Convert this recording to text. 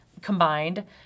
combined